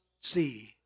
see